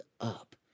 up